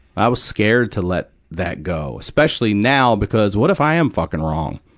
i was scared to let that go. especially now, because what if i am fucking wrong?